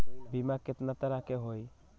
बीमा केतना तरह के होइ?